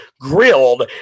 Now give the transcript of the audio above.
grilled